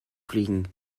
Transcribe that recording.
fliegen